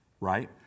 Right